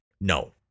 No